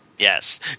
yes